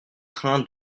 train